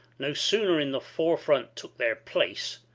no sooner in the forefront took their place,